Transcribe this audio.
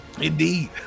Indeed